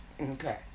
Okay